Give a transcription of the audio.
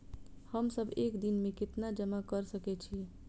हम सब एक दिन में केतना जमा कर सके छी?